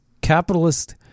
capitalist